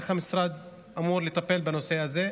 איך המשרד אמור לטפל בנושא הזה,